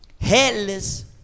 Headless